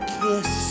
kiss